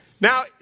Now